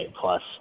plus